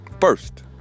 first